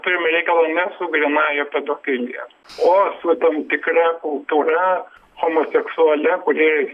turim reikalą ne su grynąja pedofilija oslo tam tikra kultūra homoseksualia kuri iki